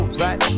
right